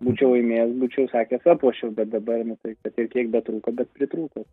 būčiau laimėjęs būčiau sakęs aplošiau bet dabar nu tai kiek betrūko be pritrūko